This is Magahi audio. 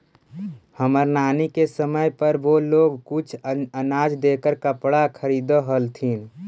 हमर नानी के समय पर वो लोग कुछ अनाज देकर कपड़ा खरीदअ हलथिन